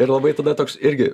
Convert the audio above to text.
ir labai tada toks irgi